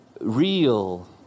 real